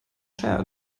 share